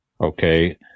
Okay